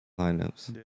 lineups